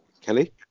Kelly